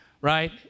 right